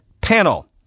panel